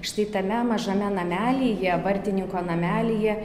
štai tame mažame namelyje vartininko namelyje